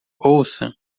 ouça